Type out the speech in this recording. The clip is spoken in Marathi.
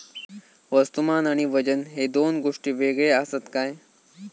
वस्तुमान आणि वजन हे दोन गोष्टी वेगळे आसत काय?